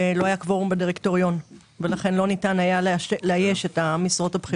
לא היה קוורום בדירקטוריון ולכן לא היה ניתן לאייש את המשרות הבכירות.